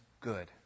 good